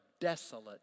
desolate